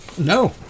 No